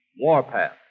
Warpath